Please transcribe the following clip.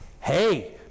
hey